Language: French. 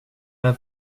pas